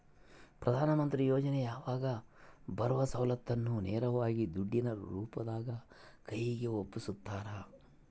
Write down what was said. ಪ್ರಧಾನ ಮಂತ್ರಿ ಯೋಜನೆಯಾಗ ಬರುವ ಸೌಲತ್ತನ್ನ ನೇರವಾಗಿ ದುಡ್ಡಿನ ರೂಪದಾಗ ಕೈಗೆ ಒಪ್ಪಿಸ್ತಾರ?